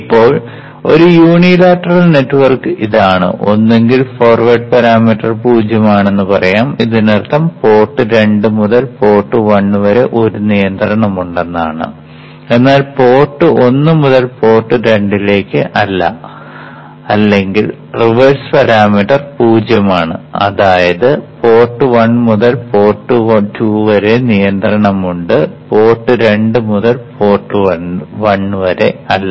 ഇപ്പോൾ ഒരു unilateral network ഇതാണ് ഒന്നുകിൽ ഫോർവേഡ് പാരാമീറ്റർ 0 ആണെന്ന് പറയാം ഇതിനർത്ഥം പോർട്ട് 2 മുതൽ പോർട്ട് 1 വരെ ഒരു നിയന്ത്രണമുണ്ടെന്നാണ് എന്നാൽ പോർട്ട് 1 മുതൽ പോർട്ട് 2 ലേക്ക് അല്ല അല്ലെങ്കിൽ റിവേഴ്സ് പാരാമീറ്റർ 0 ആണ് അതായത് പോർട്ട് 1 മുതൽ പോർട്ട് 2 വരെ നിയന്ത്രണമുണ്ട് പോർട്ട് 2 മുതൽ പോർട്ട് 1 വരെ അല്ല